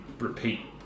Repeat